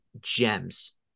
gems